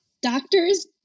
doctors